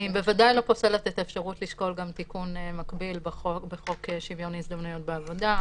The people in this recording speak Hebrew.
לא פוסלת את האפשרות לשקול תיקון מקביל בחוק שוויון הזדמנויות בעבודה,